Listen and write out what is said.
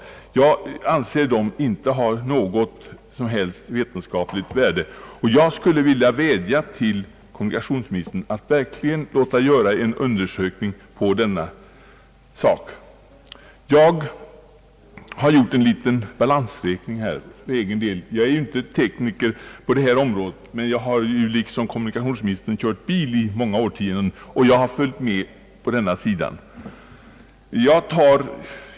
Dessa prov anser jag inte ha något som helst vetenskapligt värde, och jag vädjar till kommunikationsministern att verkligen låta göra en undersökning av den här saken. Jag har gjort en liten balansräkning med avseende på saltningen på gator och vägar. Jag är inte tekniker på det här området, men jag har liksom kommunikationsministern kört bil i årtionden och har följt saken från den utgångspunkten.